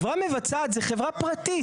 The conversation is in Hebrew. חברה מבצעת זו חברה פרטית.